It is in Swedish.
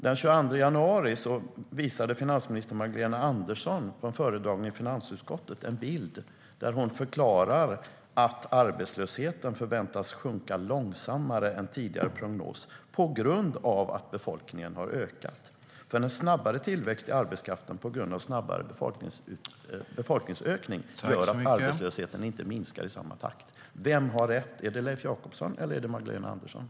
Den 22 januari visade finansminister Magdalena Andersson en bild vid en föredragning i finansutskottet, som jag nu visar för kammarens ledamöter. Hon förklarade att arbetslösheten förväntas sjunka långsammare än tidigare prognoser visat, på grund av att befolkningen har ökat. En snabbare tillväxt av arbetskraften på grund av snabbare befolkningsökning gör att arbetslösheten inte minskar i samma takt. Vem har rätt? Är det Leif Jakobsson eller Magdalena Andersson?